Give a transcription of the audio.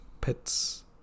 pets